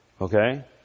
Okay